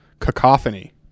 Cacophony